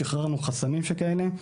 שחררו חסמים שכאלה.